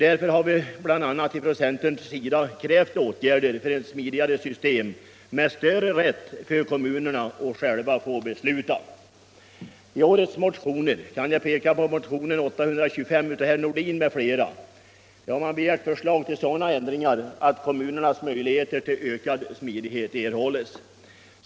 Dirför har vi bl.a. från centerns sida krävt åtgärder för ett smidigare system med större beslutanderätt för kommunerna. I årets motioner — jag kan peka på motionen 825 av herr Nordin m.fl. — har begärts förslag till sådana ändringar att kommunerna får möjligheter till ökad smidighet.